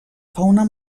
fauna